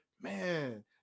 Man